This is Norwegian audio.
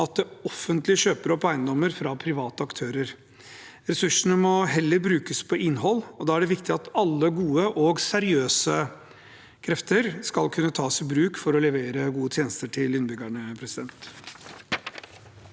at det offentlige kjøper opp eiendommer fra private aktører. Ressursene må heller brukes på innhold, og da er det viktig at alle gode og seriøse krefter skal kunne tas i bruk for å levere gode tjenester til innbyggerne.